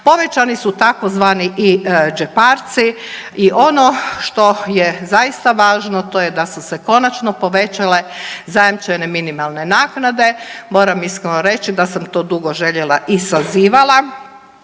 povećani su tzv. i džeparci i ono što je zaista važno to je da su se konačno povećale zajamčene minimalne naknade, moram iskreno reći da sam to dugo željela i sazivala